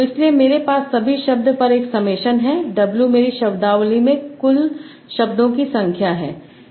तो इसीलिए मेरे पास सभी शब्दों पर एक समेशन है W मेरी शब्दावली में कुल शब्दों की संख्या है